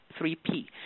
3P